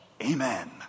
Amen